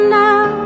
now